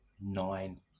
Nine